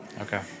okay